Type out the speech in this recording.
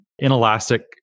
inelastic